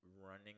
running